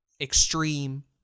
extreme